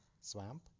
swamp